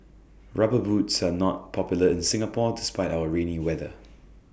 rubber boots are not popular in Singapore despite our rainy weather